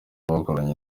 bakoranye